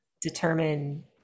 determine